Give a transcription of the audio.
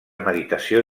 meditació